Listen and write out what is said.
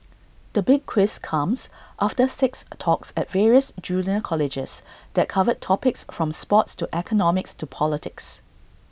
the big quiz comes after six talks at various junior colleges that covered topics from sports to economics to politics